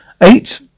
eight